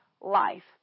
life